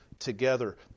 Together